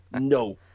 No